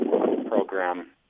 program